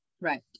Right